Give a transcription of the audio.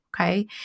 okay